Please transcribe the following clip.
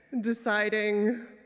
deciding